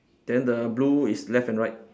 then the blue is left and right